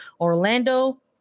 Orlando